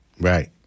Right